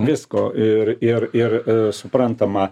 visko ir ir ir suprantama